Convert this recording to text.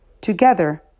Together